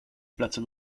plecy